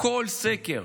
ובכל סקר